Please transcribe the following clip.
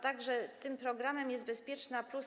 Także tym programem jest „Bezpieczna+”